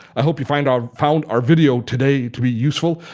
i hope you found our found our video today to be useful.